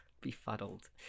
befuddled